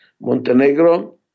Montenegro